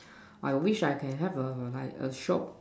I wish I can have a like a shop